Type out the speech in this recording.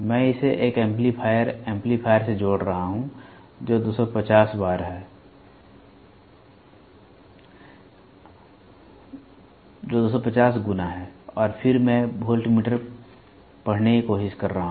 मैं इसे एक एम्पलीफायर एम्पलीफायर से जोड़ रहा हूं जो 250 बार है और फिर मैं वोल्टमीटर पढ़ने की कोशिश कर रहा हूं